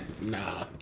nah